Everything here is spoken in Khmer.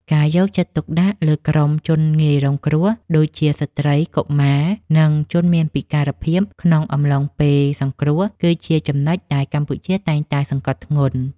ការយកចិត្តទុកដាក់លើក្រុមជនងាយរងគ្រោះដូចជា ស្ត្រី កុមារ និងជនមានពិការភាពក្នុងអំឡុងពេលសង្គ្រោះ គឺជាចំណុចដែលកម្ពុជាតែងតែសង្កត់ធ្ងន់។